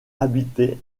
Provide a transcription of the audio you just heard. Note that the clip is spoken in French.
habitée